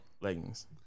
leggings